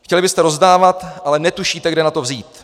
Chtěli byste rozdávat, ale netušíte, kde na to vzít.